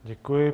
Děkuji.